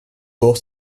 pour